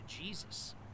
Jesus